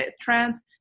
trends